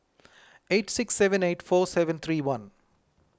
eight six seven eight four seven three one